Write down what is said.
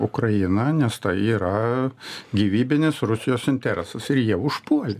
ukrainą nes tai yra gyvybinis rusijos interesas ir jie užpuolė